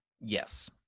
Yes